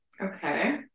Okay